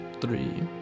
three